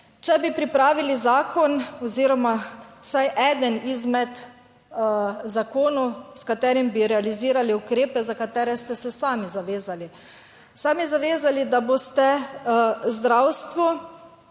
če bi pripravili zakon oziroma vsaj enega izmed zakonov, s katerim bi realizirali ukrepe za katere ste se sami zavezali, sami zavezali, da boste v zdravstvu